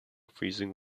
freezing